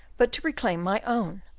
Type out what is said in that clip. but to reclaim my own.